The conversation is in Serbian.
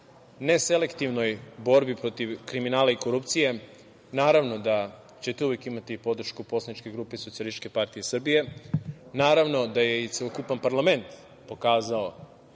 neselektivnoj borbi protiv kriminala i korupcije naravno da ćete uvek imati podršku poslaničke grupe SPS, naravno da je i celokupan parlament pokazao